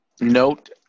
note